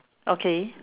okay